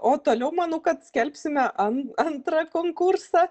o toliau manau kad skelbsime ant antrą konkursą